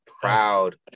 proud